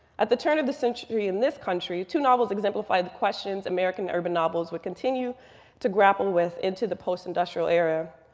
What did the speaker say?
at the turn of the century in this country, two novels exemplify the questions american urban novels would continue to grapple with into the post-industrial era.